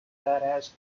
has